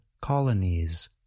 colonies